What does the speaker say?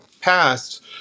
passed